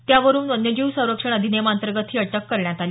त्यावरून वन्य जीव संरक्षण अधिनियमांतर्गत ही अटक करण्यात आली